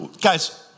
guys